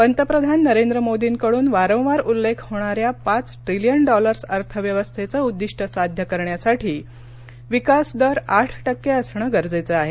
पंतप्रधान नरेंद्र मोर्दीकडून वारंवार उल्लेख होणाऱ्या पाच ट्रिलियन डॉलर्स अर्थव्यवस्थेचं उद्विष्ट साध्य करण्यासाठी विकास दर आठ टक्के असणं गरजेचं आहे